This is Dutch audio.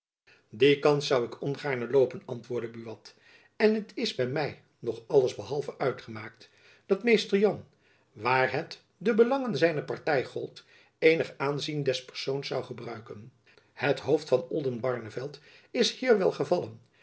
die kans zoû ik ongaarne loopen antwoordde buat en het is by my nog alles behalve uitgemaakt dat mr jan waar het de belangen zijner party gold eenig aanzien des persoons zoû gebruiken het hoofd van oldenbarneveld is hier wel